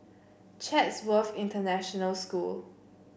Chatsworth International School